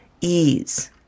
ease